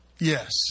Yes